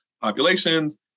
populations